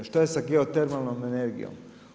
Što je sa geotermalnom energijom?